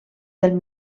del